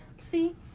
See